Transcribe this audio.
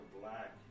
black